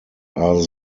are